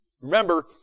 Remember